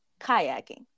kayaking